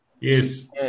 Yes